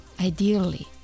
ideally